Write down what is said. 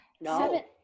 No